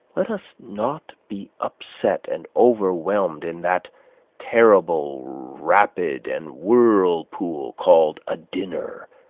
let us not be upset and overwhelmed in that terrible rapid and whirlpool called a dinner,